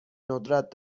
ندرت